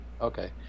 Okay